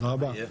תודה רבה.